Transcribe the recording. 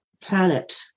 planet